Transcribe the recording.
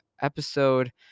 episode